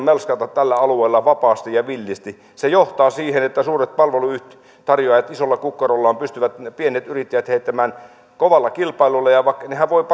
melskata tällä alueella vapaasti ja villisti se johtaa siihen että suuret palveluntarjoajat isolla kukkarollaan pystyvät pienet yrittäjät heittämään kovalla kilpailulla nehän voivat